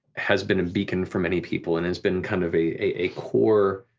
has been a beacon for many people and has been kind of a a core